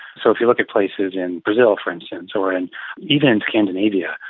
so if you look at places in brazil, for instance, or and even in scandinavia,